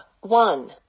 one